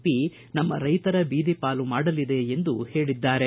P ನಮ್ಮ ರೈತರನ್ನು ಬೀದಿ ಪಾಲು ಮಾಡಲಿದೆ ಎಂದು ಹೇಳಿದ್ದಾರೆ